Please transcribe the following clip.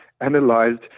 analyzed